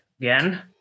again